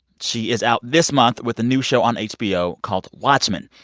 she is out this month with a new show on hbo called watchmen.